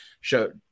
show